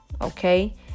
okay